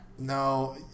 No